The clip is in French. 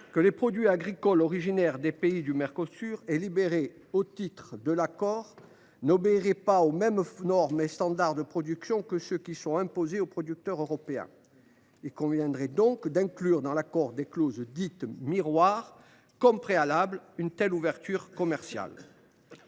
les produits agricoles originaires des pays du Mercosur et libéralisés au titre de l’accord n’obéiraient pas aux mêmes normes et standards de production que ceux qui sont imposés aux producteurs européens. Il conviendrait donc d’inclure dans l’accord des clauses dites miroirs, comme préalable à une telle ouverture commerciale.